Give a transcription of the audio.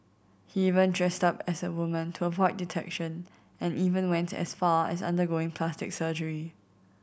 he even dressed up as a woman to avoid detection and even went as far as undergoing plastic surgery